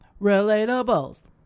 Relatables